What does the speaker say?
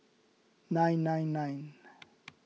nine nine nine